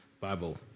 Bible